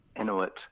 Inuit